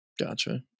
Gotcha